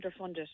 underfunded